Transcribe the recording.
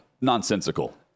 Nonsensical